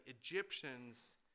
Egyptians